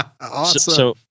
Awesome